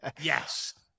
Yes